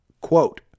quote